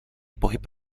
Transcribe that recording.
pohyb